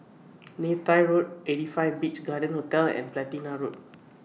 Neythai Road eighty five Beach Garden Hotel and Platina Road